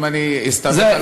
אם אני אסתמך על השאלה שלו.